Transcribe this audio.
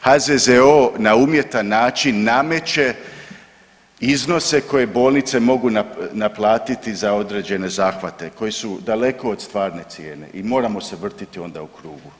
HZZO na umjetan način nameće iznose koje bolnice mogu naplatiti za određene zahvate koji su daleko od stvarne cijene i moramo se vrtiti onda u krugu.